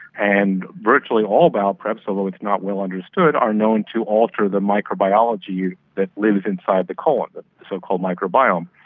and virtually all bowel preps, although it is not well understood, are known to alter the microbiology that lives inside the colon, the so-called microbiome.